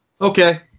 okay